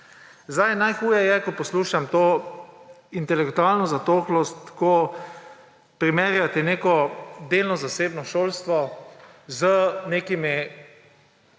Najhuje je, ko poslušam to intelektualno zatohlost, ko primerjate neko delno zasebno šolstvo z nekimi